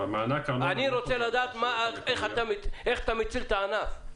אני רוצה לדעת, איך אתה מציל את הענף.